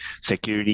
security